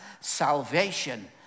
salvation